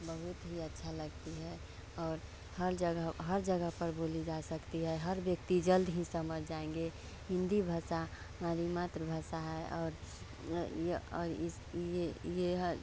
बहुत ही अच्छी लगती है और हल जगह हर जगह पर बोली जा सकती है हर व्यक्ति जल्द ही समझ जाएंगे हिन्दी भाषा हमारी मातृभाषा है और यह यह